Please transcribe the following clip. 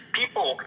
people